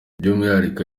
by’umwihariko